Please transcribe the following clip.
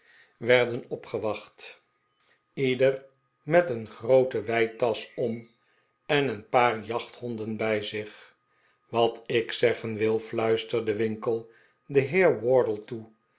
werden opgewacht ieder met een groote weitasch om en een paar jachthonden bij zich wat ik zeggen wil fluisterde winkle den heer wardle toe